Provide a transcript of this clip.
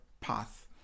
path